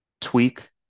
tweak